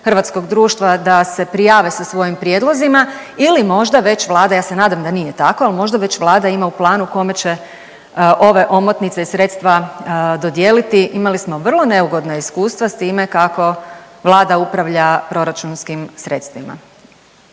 hrvatskog društva da se prijave sa svojim prijedlozima ili možda već Vlada, ja se nadam da nije tako, ali možda već Vlada ima u planu kome će ove omotnice i sredstva dodijeliti. Imali smo vrlo neugodna iskustva s time kako Vlada upravlja proračunskim sredstvima.